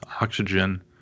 oxygen